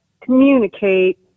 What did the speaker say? communicate